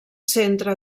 centre